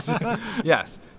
Yes